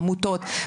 עמותות,